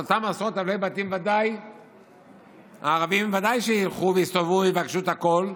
אז באותם עשרות אלפי בתים ערבים ודאי שילכו ויסתובבו ויבקשו את הקול.